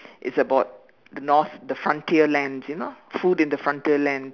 it's about north the frontier lands you know food in the frontier land